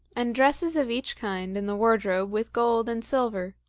and dresses of each kind in the wardrobe with gold and silver,